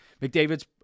McDavid's